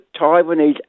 Taiwanese